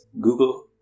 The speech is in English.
Google